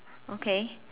okay